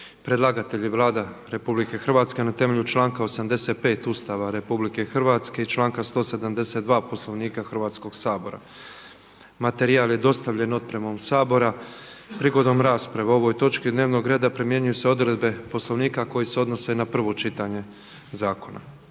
Predlagatelj je Vlada RH na temelju članka 85. Ustava RH i članka 172. Poslovnika Hrvatskog sabora. Materijal je dostavljen otpremom Sabora. Prigodom rasprave o ovoj točki dnevnog rada primjenjuju se odredbe Poslovnika koje se odnose na prvo čitanje zakona.